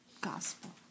gospel